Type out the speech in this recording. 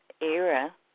era